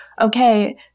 okay